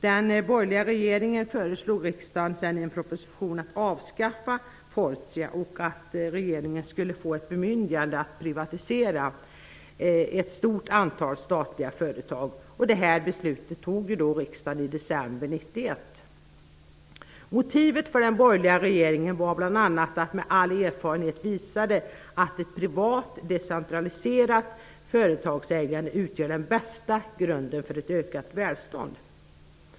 Den borgerliga regeringen föreslog sedan riksdagen i en proposition att Fortia skulle avskaffas och att regeringen skulle få ett bemyndigande att privatisera ett stort antal statliga företag. Det beslutet fattade riksdagen i december 1991. Motivet för den borgerliga regeringen var bl.a. att all erfarenhet visade att ett privat, decentraliserat företagsägande utgör den bästa grunden för ett ökat välstånd.